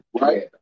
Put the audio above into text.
right